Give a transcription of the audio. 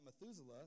Methuselah